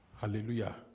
Hallelujah